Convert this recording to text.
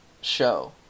show